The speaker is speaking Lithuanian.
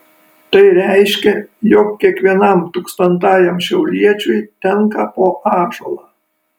tai reiškė jog kiekvienam tūkstantajam šiauliečiui tenka po ąžuolą